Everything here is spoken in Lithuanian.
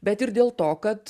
bet ir dėl to kad